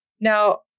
Now